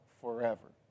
forever